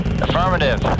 Affirmative